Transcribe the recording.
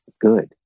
good